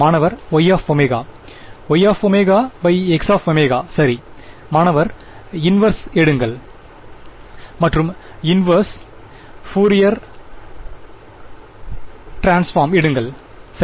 மாணவர் Y ω Y ω Xω சரி மாணவர் மற்றும் இன்வெர்ஸ் எடுங்கள் மற்றும் இன்வெர்ஸ் பியூரியர் ட்ரான்ஸபார்ம் எடுங்கள் சரி